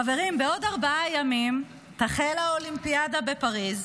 חברים, בעוד ארבעה ימים תחל האולימפיאדה בפריז,